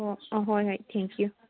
ꯑꯣ ꯍꯣꯏ ꯍꯣꯏ ꯊꯦꯡ ꯀ꯭ꯌꯨ